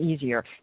easier